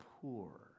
poor